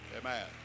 Amen